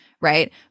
Right